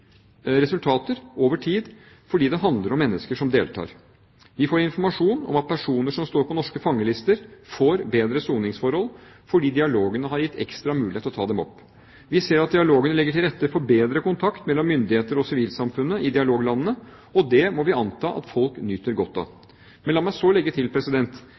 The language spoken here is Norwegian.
resultater over tid, fordi det handler om mennesker som deltar. Vi får informasjon om at personer som står på norske fangelister, får bedre soningsforhold fordi dialogene har gitt ekstra mulighet til å ta dette opp. Vi ser at dialogene legger til rette for bedre kontakt mellom myndigheter og sivilsamfunnet i dialoglandene, og det må vi anta at folk nyter godt av. Men la meg så legge til: